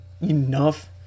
enough